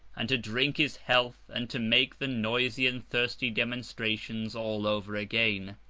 and to drink his health, and to make the noisy and thirsty demonstrations all over again.